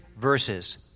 verses